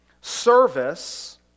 service